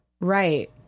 right